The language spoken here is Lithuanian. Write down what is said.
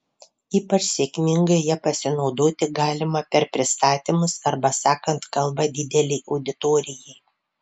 ypač sėkmingai ja pasinaudoti galima per pristatymus arba sakant kalbą didelei auditorijai